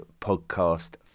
Podcast